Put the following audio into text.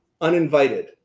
uninvited